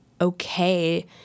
okay